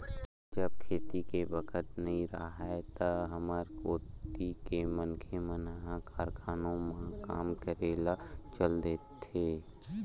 जब खेती के बखत नइ राहय त हमर कोती के मनखे मन ह कारखानों म काम करे ल चल देथे